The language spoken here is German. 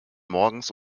morgens